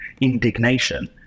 indignation